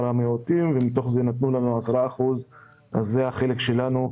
המיעוטים ומתוך זה נתנו לנו 10 אחוזים שזה החלק שלנו.